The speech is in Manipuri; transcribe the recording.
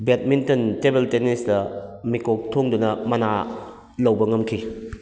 ꯕꯦꯗꯃꯤꯟꯇꯟ ꯇꯦꯕꯜ ꯇꯦꯅꯤꯁꯇ ꯃꯤꯀꯣꯛ ꯊꯣꯡꯗꯨꯅ ꯃꯅꯥ ꯂꯧꯕ ꯉꯝꯈꯤ